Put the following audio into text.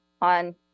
on